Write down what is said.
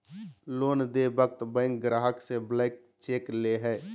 loan देय वक्त bank ग्राहक से ब्लैंक चेक ले हइ